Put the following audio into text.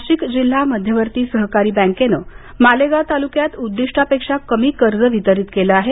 नाशिक जिल्हा मध्यवर्ती सहकारी बँकेने मालेगाव तालुक्यात उद्दीष्टपेक्षा कमी कर्ज वितरित केले आहे